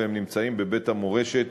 והם נמצאים בבית המורשת